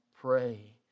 pray